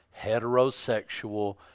heterosexual